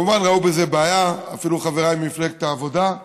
כמובן, ראו בזה בעיה, אפילו חברי ממפלגת העבודה,